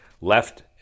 left